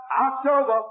October